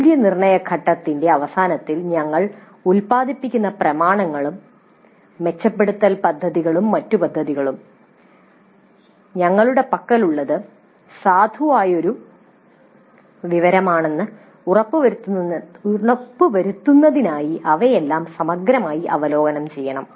മൂല്യനിർണ്ണയ ഘട്ടത്തിന്റെ അവസാനത്തിൽ ഞങ്ങൾ ഉൽപാദിപ്പിക്കുന്ന പ്രമാണങ്ങളും മെച്ചപ്പെടുത്തൽ പദ്ധതികളും മറ്റ് പദ്ധതികളും ഞങ്ങളുടെ പക്കലുള്ളത് സാധുവായ ഒരു വിവരമാണെന്ന് ഉറപ്പുവരുത്തുന്നതിനായി അവയെല്ലാം സമഗ്രമായി അവലോകനം ചെയ്യണം